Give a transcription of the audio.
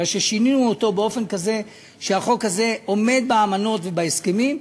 בגלל ששינינו אותו באופן כזה שהחוק הזה עומד באמנות ובהסכמים,